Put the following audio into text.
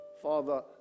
Father